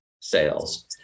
sales